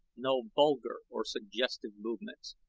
no vulgar or suggestive movements.